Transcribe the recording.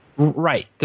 Right